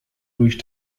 durch